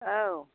औ